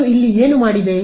ನಾನು ಇಲ್ಲಿ ಏನು ಮಾಡಿದೆ